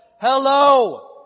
hello